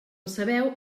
sabeu